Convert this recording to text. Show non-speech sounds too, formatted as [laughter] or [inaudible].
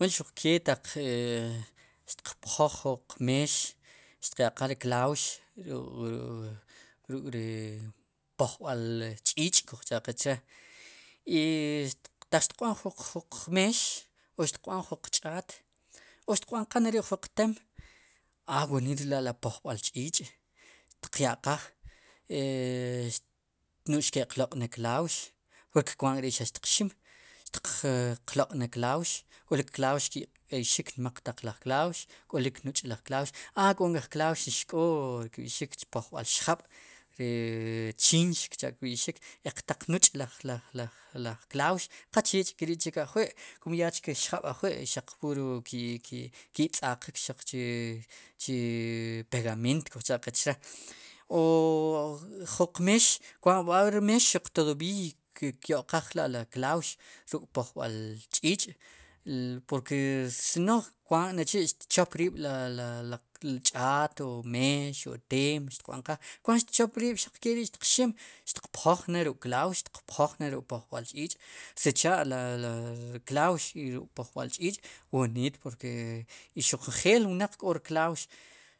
Wen xuq ke taq tiq pjoj jun qmeex xti ya'qaaj ri klauwx ruk, ru ruk, [hesitation] ri pojb'al ri ch'ich'kujcha'qe che' i taq xtiqb'an juq juq [hesitation] qmeex o xtiq b'an jun qch'aat o xtiqb'anqaj neri' jun qtem a wooniit rela' li pojb'al ch'ich' xtiq ya'qaaj e no'j xke'qloq' ne klaux kwaatk'ri xaq xki'qxim xtiq loq'ne klaux k'o re klaux ki'k'eyxik nmaq laj klaux k'olik nuch'laj klaux a k'o nk'ej klaux ri xk'oo ri kb'ixik chu pojb'al xjab' ri chinch cha' kb'i'xik, k'eq taj nuch' laj laj laj [hesitation] klaux qachech'keri' chik ajwi' kum ya chke xjab' ajwi' xaq pur ki'ki' [hesitation] ki'tz'aqik chi, chi [hesitation] pegament kujcha'qe chre' o jun qmeex kwa b'ayri meex tob'iiy kyo'xqaaj la'li klaux ruk' pojb'al ch'ich' porque si no kwaant nelochi' xtchop riib' la, la [hesitation] ch'aat o meex o teem xtkb'anqaj kwaant xtchop riib' xaq keri' xtiq xim xtiq pjoj ne'ruk' klaux xtiqpjoj ne'ruk' pojb'al ch'ich' sicha' le li klaux y ruk' pojb'al ch'ich' wooniit porke i xuq njeel wnaq k'o rklaux